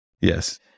Yes